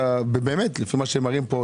באמת לפי מה שמראים פה,